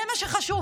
זה מה שחשוב.